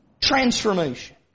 transformation